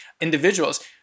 individuals